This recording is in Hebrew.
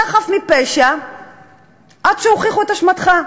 אתה חף מפשע עד שהוכיחו את אשמתך.